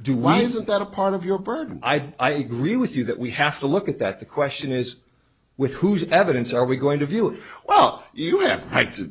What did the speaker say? you do why isn't that a part of your burden i gree with you that we have to look at that the question is with whose evidence are we going to view well you have